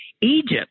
Egypt